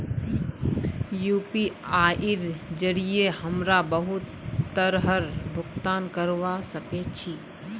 यूपीआईर जरिये हमरा बहुत तरहर भुगतान करवा सके छी